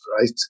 Right